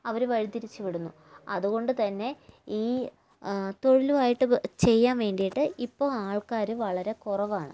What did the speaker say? അവര് വഴിതിരിച്ചു വിടുന്നു അതുകൊണ്ടുതന്നെ ഈ തൊഴിലുമായിട്ട് ചെയ്യാൻ വേണ്ടിയിട്ട് ഇപ്പോൾ ആൾക്കാര് വളരെ കുറവാണ്